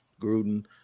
Gruden